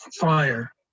fire